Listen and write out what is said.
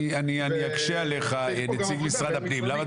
נציג משרד הפנים,